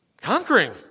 conquering